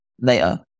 later